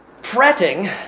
fretting